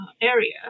area